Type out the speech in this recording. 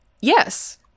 Yes